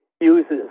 uses